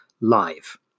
live